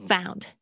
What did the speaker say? Found